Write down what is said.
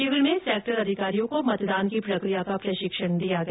शिविर में सेक्टर अधिकारियों को मतदान की प्रक्रिया का प्रशिक्षण दिया गया